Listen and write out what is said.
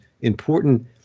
important